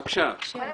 רשות